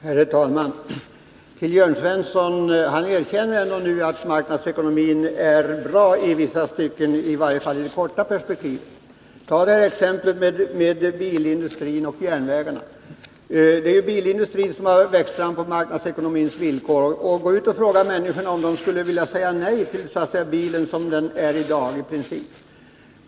Herr talman! Jörn Svensson erkänner nu att marknadsekonomin ändå är bra i vissa stycken, i varje fall i det korta perspektivet. Ta exemplet med bilindustrin och järnvägarna. Det är ju bilindustrin som har vuxit fram på marknadens villkor. Gå ut och fråga människorna om de i princip skulle vilja säga nej till bilen som den är i dag.